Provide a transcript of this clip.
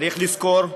צריך לזכור,